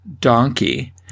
donkey